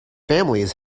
families